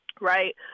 right